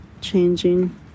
changing